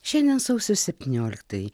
šiandien sausio septynioliktoji